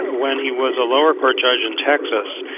when he was a lower court judge in texas,